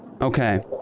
Okay